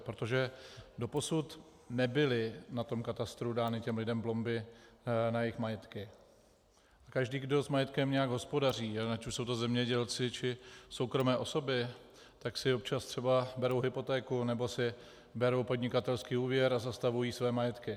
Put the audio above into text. Protože doposud nebyly na katastru dány těm lidem plomby na jejich majetky, každý, kdo s majetkem nějak hospodaří, ať už to jsou zemědělci, či soukromé osoby, tak si občas třeba berou hypotéku nebo si berou podnikatelský úvěr a zastavují své majetky.